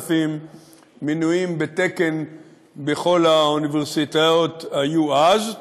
מינויים בתקן בכל האוניברסיטאות היו אז,